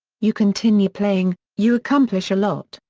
you continue playing, you accomplish a lot,